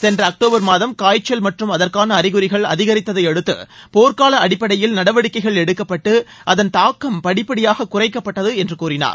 சென்ற அக்டோபர் மாதம் காய்ச்சல் மற்றும் அதற்காள அறிகுறிகள் அதிகரித்ததையடுத்து போர்க்கால அடிப்படையில் நடவடிக்கைகள் எடுக்கப்பட்டு அதன் தாக்கம் படிப்படியாக குறைக்கப்பட்டது என்று கூறினார்